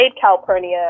Calpurnia